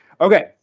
Okay